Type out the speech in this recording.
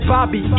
Bobby